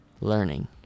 learning